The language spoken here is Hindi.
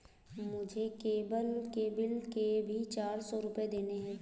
मुझे केबल के बिल के भी चार सौ रुपए देने हैं